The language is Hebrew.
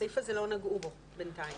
הסעיף הזה לא נגעו בו, בינתיים.